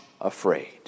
afraid